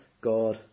God